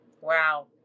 Wow